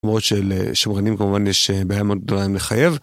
כמו שלשמרנים כמובן יש בעיה מאוד גדולה עם לחייב